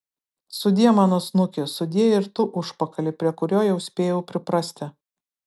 sudie mano snuki sudie ir tu užpakali prie kurio jau spėjau priprasti